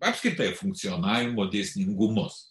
apskritai funkcionavimo dėsningumus